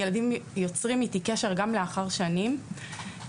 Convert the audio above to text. זה שהילדים האלו יוצרים איתי קשר גם שנים לאחר שסיימו את התהליך,